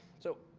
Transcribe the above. so,